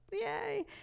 Yay